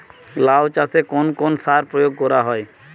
লাউ চাষে কোন কোন সার প্রয়োগ করা হয়?